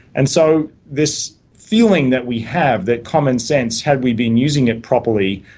and so this feeling that we have, that common sense, had we been using it properly,